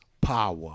power